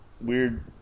weird